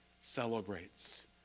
celebrates